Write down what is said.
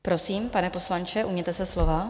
Prosím, pane poslanče, ujměte se slova.